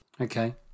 okay